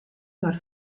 mar